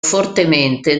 fortemente